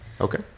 Okay